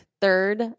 third